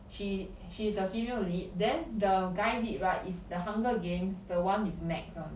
she she is the female lead then the guy lead right is the hunger games the one with Max [one]